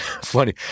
funny